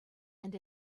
and